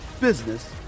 business